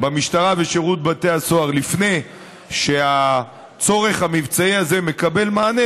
במשטרה ובשירות בתי הסוהר לפני שהצורך המבצעי הזה מקבל מענה,